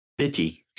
bitchy